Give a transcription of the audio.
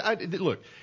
Look